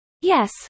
Yes